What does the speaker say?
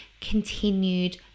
continued